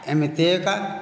ଏମିତି ଏକା